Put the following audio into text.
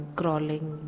crawling